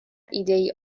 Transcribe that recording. ایدهای